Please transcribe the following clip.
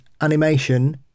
animation